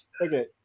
okay